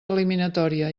eliminatòria